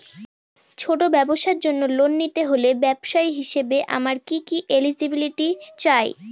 ছোট ব্যবসার জন্য লোন নিতে হলে ব্যবসায়ী হিসেবে আমার কি কি এলিজিবিলিটি চাই?